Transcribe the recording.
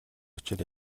учир